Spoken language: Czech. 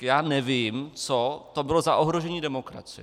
Já nevím, co to bylo za ohrožení demokracie.